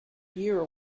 year